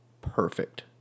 perfect